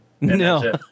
No